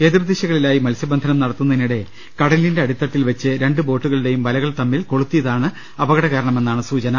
എതിർദിശകളിലായി മത്സ്യബന്ധനം നടത്തുന്നതിനിടെ കടലിന്റെ അടിത്തട്ടിൽ വെച്ച് രണ്ട് ബോട്ടുകളുടെയും വലകൾ തമ്മിൽ കൊളുത്തിയതാണ് അപകട കാരണമെന്നാണ് സുചന